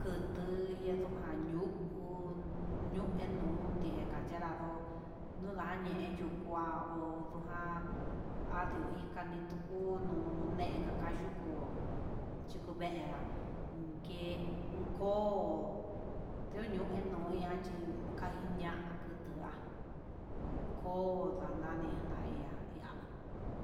Kutu ñandujan ñu'u, ñuu endun nika kachera ndó, nayee ndukuá hó ndujan andion inka ni tukuu ño'o neka ka'a yukuu, kuvera unké koo nduñue he noyuan chí ajiña kutu'a koo ndanani na ihá ihá.